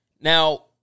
Now